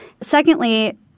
Secondly